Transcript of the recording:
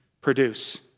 produce